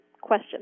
question